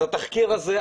אז התחקיר הזה,